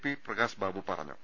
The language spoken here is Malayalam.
പി പ്രകാശ്ബാബു പറഞ്ഞു